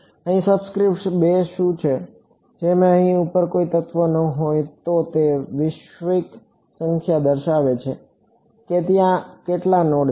અહીં સબસ્ક્રિપ્ટ બે શું છે જો અહીં ઉપર કોઈ તત્વ ન હોય તો તે વૈશ્વિક સંખ્યા દર્શાવે છે કે ત્યાં કેટલા નોડ છે